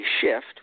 shift